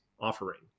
offering